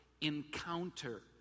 encounter